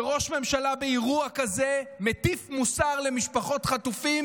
שבאירוע כזה ראש ממשלה מטיף מוסר למשפחות חטופים